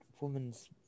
woman's